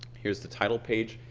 here's the title page.